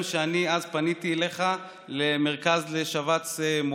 כשאני אז פניתי, מרכז לשבץ מוחי,